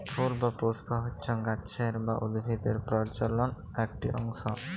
ফুল বা পুস্প হচ্যে গাছের বা উদ্ভিদের প্রজলন একটি অংশ